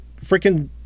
freaking